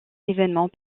événement